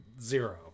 zero